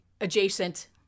adjacent